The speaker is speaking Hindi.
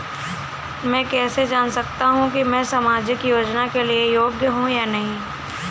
मैं कैसे जान सकता हूँ कि मैं सामाजिक योजना के लिए योग्य हूँ या नहीं?